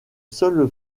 seule